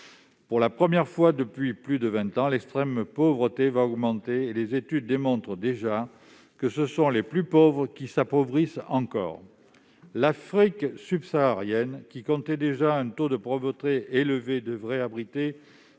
Pour la première fois depuis plus de vingt ans, l'extrême pauvreté va augmenter et les études démontrent que ce sont les plus pauvres qui s'appauvrissent encore. Ainsi, l'Afrique subsaharienne qui comptait déjà des taux de pauvreté élevés devrait abriter